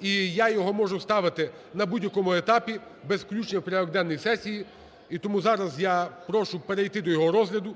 і я його можу ставити на будь-якому етапі без включення в порядок денний сесії. І тому зараз я прошу перейти до його розгляду.